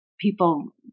people